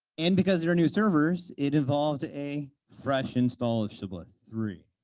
and because they're new servers, it involved a fresh install of shibboleth three,